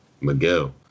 Miguel